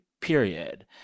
period